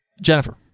Jennifer